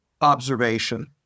observation